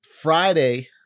Friday